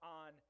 on